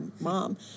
mom